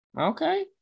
Okay